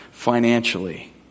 Financially